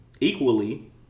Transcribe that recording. equally